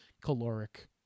caloric